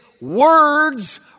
words